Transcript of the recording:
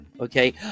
Okay